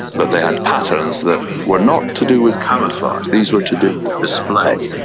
but they had patterns that were not to do with camouflage, these were to do with display.